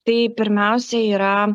tai pirmiausia yra